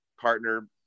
partner